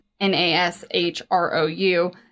N-A-S-H-R-O-U